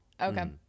Okay